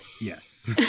Yes